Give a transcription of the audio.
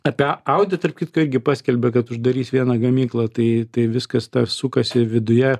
apie audi tarp kitko irgi paskelbė kad uždarys vieną gamyklą tai tai viskas sukasi viduje